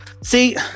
See